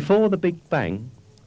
before the big bang